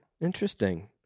Interesting